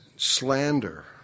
slander